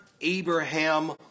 Abraham